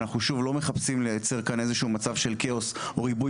אנחנו לא מחפשים לייצר כאן מצב של כאוס או ריבוי